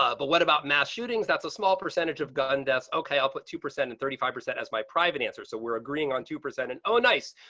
ah but what about mass shootings. that's a small percentage of gun deaths. okay, i'll put two percent and thirty five percent as my private answer. so we're agreeing on to present and. oh, nice.